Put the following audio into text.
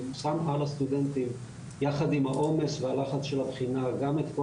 זה שם על הסטודנטים יחד עם העומס והלחץ של הבחינה גם את כל